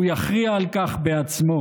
הוא יכריע על כך בעצמו,